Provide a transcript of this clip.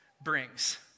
brings